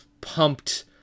pumped